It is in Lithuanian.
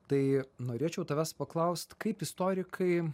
tai norėčiau tavęs paklaust kaip istorikai